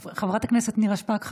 חברת הכנסת נירה שפק,